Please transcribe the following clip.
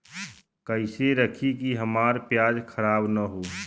कइसे रखी कि हमार प्याज खराब न हो?